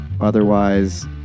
Otherwise